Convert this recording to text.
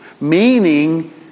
meaning